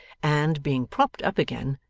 and, being propped up again,